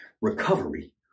Recovery